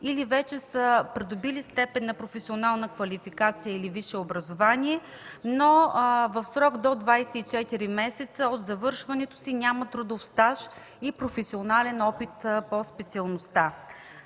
или вече са придобили степен на професионална квалификация или висше образование, но в срок до 24 месеца от завършването си нямат трудов стаж и професионален опит по специалността.